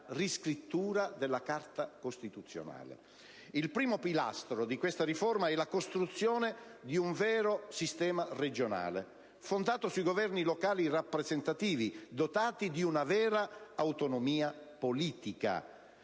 Il primo pilastro di questa riforma è la costruzione di un vero sistema regionale, fondato su governi locali rappresentativi, dotati di una vera autonomia politica.